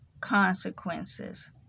consequences